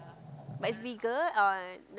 but it's bigger or